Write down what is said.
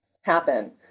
happen